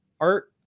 art